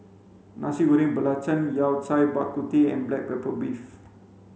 nasi goreng belacan yao cai bak kut teh and black pepper beef